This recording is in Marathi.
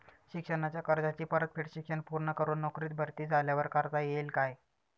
शिक्षणाच्या कर्जाची परतफेड शिक्षण पूर्ण करून नोकरीत भरती झाल्यावर करता येईल काय?